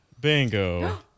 Bingo